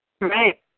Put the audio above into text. Right